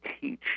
teach